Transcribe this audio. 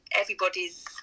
everybody's